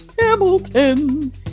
Hamilton